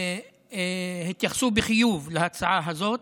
התייחסו בחיוב להצעה הזאת.